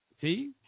See